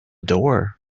door